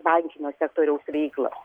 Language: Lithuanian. bankinio sektoriaus veiklą